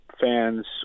fans